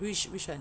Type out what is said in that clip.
which which one